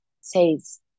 says